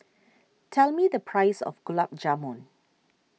tell me the price of Gulab Jamun